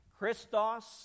Christos